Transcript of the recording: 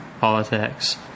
politics